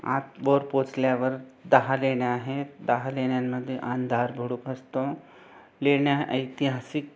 आतवर पोहचल्यावर दहा लेण्या आहेत दहा लेण्यांमध्ये अंधार गुडूप असतो लेण्या ऐतिहासिक